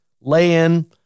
lay-in